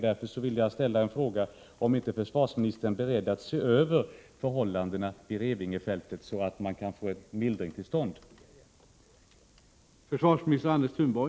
Därför vill jag ställa följande fråga: Är försvarsministern beredd att se över frågan om förhållandena på Revingefältet, så att en mildring kan komma till stånd?